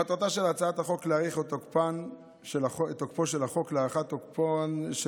מטרתה של הצעת החוק להאריך את תוקפו של החוק להארכת תוקפן של